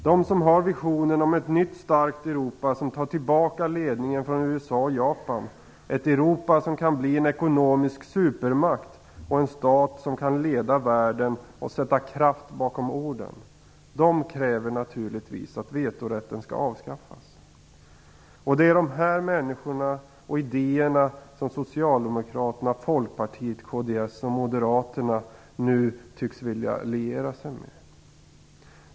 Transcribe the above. De som har visionen om ett nytt starkt Europa som tar tillbaka ledningen från USA och Japan, ett Europa som kan bli en ekonomisk supermakt och en stat som kan leda världen och sätta kraft bakom orden, de kräver naturligtvis att vetorätten skall avskaffas. Det är de här människorna och idéerna som Socialdemokraterna, Folkpartiet, Kds och Moderaterna nu vill liera sig med.